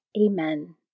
Amen